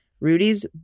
Rudy's